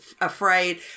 afraid